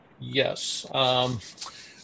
Yes